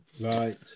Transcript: Right